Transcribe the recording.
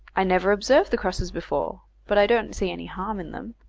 i never observed the crosses before, but i don't see any harm in them.